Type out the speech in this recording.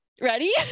Ready